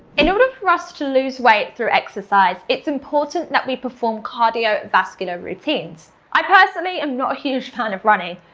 in order for us to lose weight through exercise, it's important that we perform cardio vascular routines. i personally am not a huge fan of running,